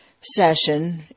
session